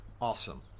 Awesome